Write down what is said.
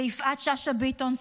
ליפעת שאשא ביטון,